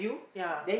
ya